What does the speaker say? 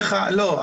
לא,